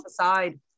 aside